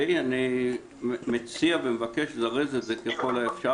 אני מציע ומבקש לזרז את זה ככל האפשר